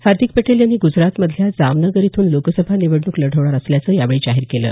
हार्दिक पटेल यांनी गुजरात मधल्या जामनगर इथून लोकसभा निवडणूक लढवणार असल्याचं यावेळी जाहीर केलं